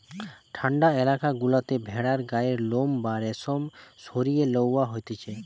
ঠান্ডা এলাকা গুলাতে ভেড়ার গায়ের লোম বা রেশম সরিয়ে লওয়া হতিছে